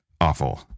Awful